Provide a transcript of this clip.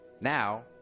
Now